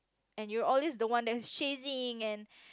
and you are always the one that is chasing and